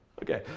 okay?